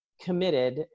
committed